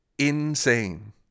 insane